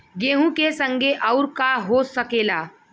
गेहूँ के संगे आऊर का का हो सकेला?